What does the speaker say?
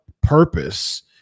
Purpose